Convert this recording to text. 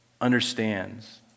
understands